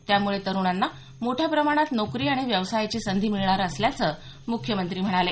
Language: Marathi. त्याम्ळे तरुणांना मोठ्या प्रमाणात नोकरी आणि व्यवसायाची संधी मिळणार असल्याचं मुख्यमंत्री यावेळी म्हणाले